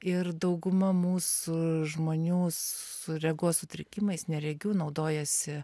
ir dauguma mūsų žmonių su regos sutrikimais neregių naudojasi